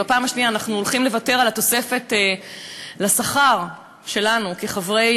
בפעם השנייה אנחנו הולכים לוותר על התוספת לשכר שלנו כחברי